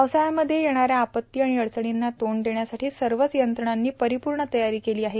पावसाळ्यामध्ये येणाऱ्या आपत्ती आणि अडचणींना तोंड देण्यासाठी सर्वच यंत्रणांनी परिपूर्ण तयारी केली आहे